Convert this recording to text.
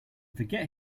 forget